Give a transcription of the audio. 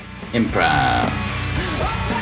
improv